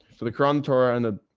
so the cron torah and the.